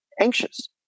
anxious